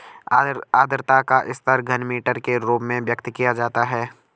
आद्रता का स्तर घनमीटर के रूप में व्यक्त किया जाता है